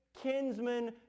kinsman